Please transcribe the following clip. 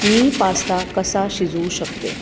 मी pasta कसा शिजवू शकते